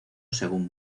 según